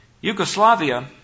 Yugoslavia